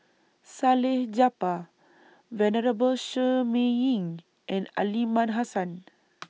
Salleh Japar Venerable Shi Ming Yi and Aliman Hassan